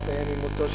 שהסתיים עם מותו,